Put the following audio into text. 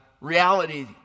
reality